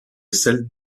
celle